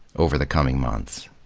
over the coming months.